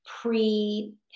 pre